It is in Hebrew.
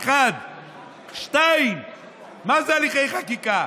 2. מה זה הליכי חקיקה?